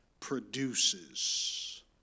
produces